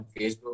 Facebook